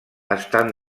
estan